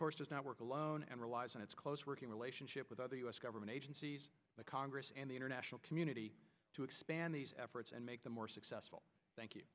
course does not work alone and relies on its close working relationship with other u s government agencies the congress and the international community to expand these efforts and make them more successful thank you